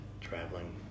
traveling